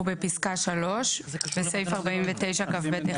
אנחנו בפסקה 3: "(3)בסעיף 49כב1(ב),